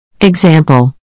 Example